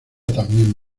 también